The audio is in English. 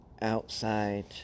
Outside